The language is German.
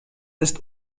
ist